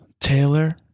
Taylor